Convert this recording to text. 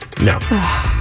no